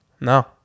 No